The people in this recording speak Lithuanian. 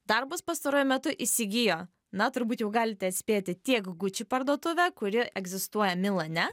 darbus pastaruoju metu įsigijo na turbūt jau galite atspėti tiek gucci parduotuvė kuri egzistuoja milane